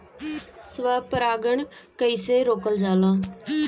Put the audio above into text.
स्व परागण कइसे रोकल जाला?